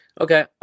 Okay